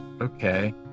Okay